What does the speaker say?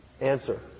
Answer